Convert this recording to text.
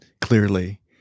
clearly